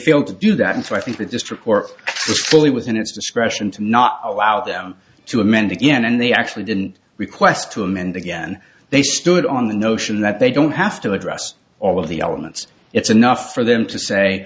failed to do that and so i think that this report fully within its discretion to not allow them to amend again and they actually didn't request to amend again they stood on the notion that they don't have to address all of the elements it's enough for them to say